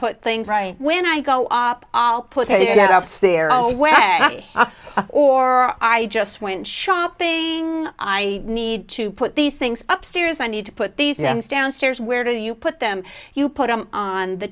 put things right when i go up i'll put it up there on where or i just went shopping i need to put these things up stairs i need to put these items downstairs where do you put them you put them on the